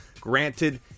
Granted